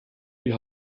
wir